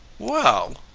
well,